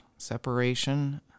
Separation